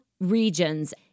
regions